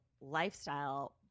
lifestyle